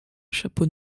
chapeau